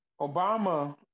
Obama